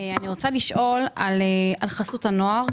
אני רוצה לשאול על חסות הנוער,